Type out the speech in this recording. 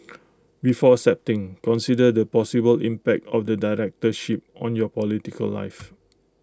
before accepting consider the possible impact of the directorship on your political life